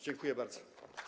Dziękuję bardzo.